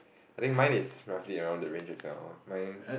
I think mine is roughly around the range as well mine